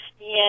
Yes